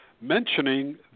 mentioning